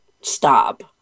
stop